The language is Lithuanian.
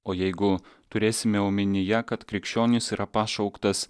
o jeigu turėsime omenyje kad krikščionis yra pašauktas